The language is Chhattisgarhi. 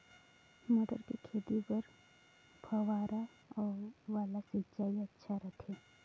मटर के खेती बर फव्वारा वाला सिंचाई अच्छा रथे?